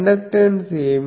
conductance ఏమిటి